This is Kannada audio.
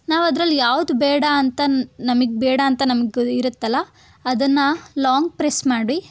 ನಾವು ಅದರಲ್ಲಿ ಯಾವುದು ಬೇಡ ಅಂತ ನಮಗೆ ಬೇಡಾಂತ ನಮಗೆ ಇರುತ್ತಲ್ಲ ಅದನ್ನು ಲಾಂಗ್ ಪ್ರೆಸ್ ಮಾಡಿ